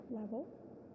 level